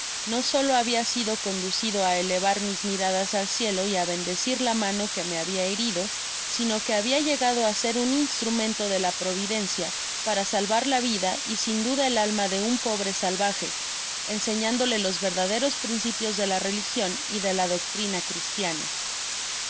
no solo habia sido conducido á elevar mis miradas al cielo y á bendecir la mano que me habia herido sino que habia llegado á ser un instrumento de la providencia para salvar la vida y sin duda el alma de un pobre salvaje enseñándole los verdaderos principios de la religion y de la doctrina cristiana